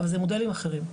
אבל זה מודלים אחרים.